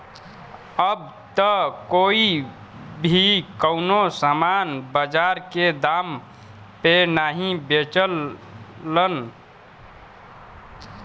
अब त कोई भी कउनो सामान बाजार के दाम पे नाहीं बेचलन